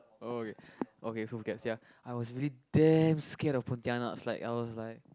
oh okay okay so scared sia I was really damn scared of Pontianaks like I was like